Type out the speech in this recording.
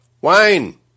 Wayne